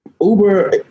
Uber